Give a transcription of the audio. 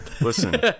listen